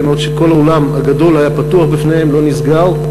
אף-על-פי שכל העולם הגדול היה פתוח בפניהם ולא נסגר.